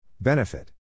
Benefit